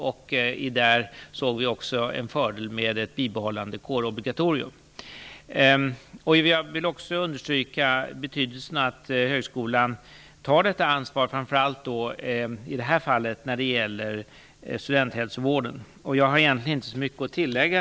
Därigenom såg vi också en fördel med ett bibehållet kårobligatorium. Jag vill också understryka betydelsen av att högskolan tar detta ansvar i det här fallet när det gäller studenthälsovården. Därutöver har jag egentligen inte så mycket att tillägga.